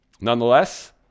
nonetheless